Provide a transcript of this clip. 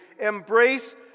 embrace